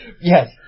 Yes